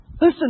Listen